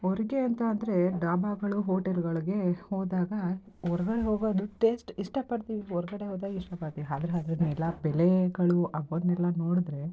ಹೊರಗೆ ಅಂತ ಅಂದರೆ ಡಾಬಾಗಳು ಹೋಟೆಲ್ಗಳಿಗೆ ಹೋದಾಗ ಹೊರಗಡೆ ಹೋಗೋದು ಟೇಸ್ಟ್ ಇಷ್ಟಪಡ್ತೀವಿ ಹೊರಗಡೆ ಹೋದಾಗ ಇಷ್ಟಪಡ್ತೀವಿ ಆದ್ರೆ ಅದನ್ನೆಲ್ಲ ಬೆಲೆಗಳು ಅವನ್ನೆಲ್ಲ ನೋಡಿದರೆ